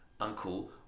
uncle